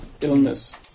illness